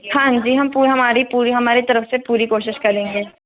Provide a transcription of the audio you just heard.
हाँ जी हम पूरी हमारी पूरी हमारे तरफ से पूरी कोशिश करेंगे